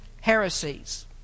heresies